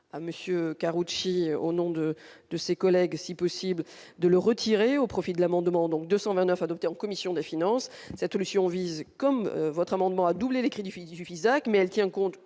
à monsieur Karoutchi au nom de de ses collègues, si possible, de le retirer au profit de l'amendement, donc 229 adoptée en commission des finances, cette solution vise comme votre amendement a doublé les fils du Fisac mais elle tient compte